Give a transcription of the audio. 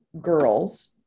girls